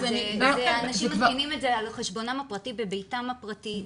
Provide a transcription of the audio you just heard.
אנשים מתקינים את זה על חשבונם הפרטי בביתם הפרטי.